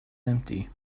empty